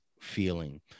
feeling